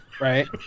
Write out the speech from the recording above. Right